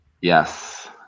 Yes